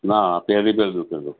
ના પહેલી જ વહેલ દુખ્યું હતું